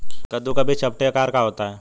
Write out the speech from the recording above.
कद्दू का बीज चपटे आकार का होता है